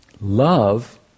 love